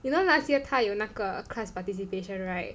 you know last year 她有那个 class participation right